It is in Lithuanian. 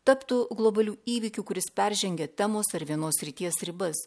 taptų globaliu įvykiu kuris peržengia temos ar vienos srities ribas